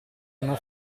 una